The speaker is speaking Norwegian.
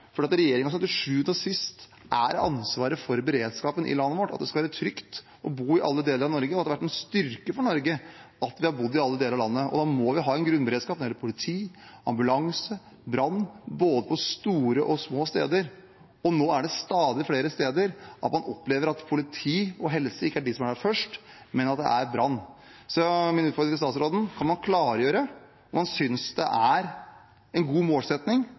fordi en får mer og mer belastning, og det går mer og mer utover annet yrkesliv, annen yrkesaktivitet. Den debatten må regjeringen ta. Det er regjeringen som til sjuende og sist har ansvaret for beredskapen i landet vårt, og at det skal være trygt å bo i alle deler av Norge. Det har vært en styrke for Norge at vi har bodd i alle deler av landet. Da må vi ha en grunnberedskap når det gjelder politi, ambulanse og brann, på både store og små steder. Nå er det stadig flere steder hvor man opplever at politi og helsepersonell ikke er de som er der først, men at det er brannvesenet. Så min utfordring